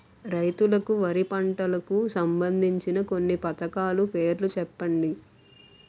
రైతులకు వారి పంటలకు సంబందించిన కొన్ని పథకాల పేర్లు చెప్పండి?